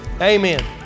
Amen